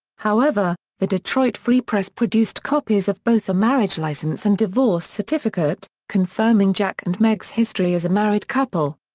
however, the detroit free press produced copies of both a marriage license and divorce certificate, confirming jack and meg's history as a married couple.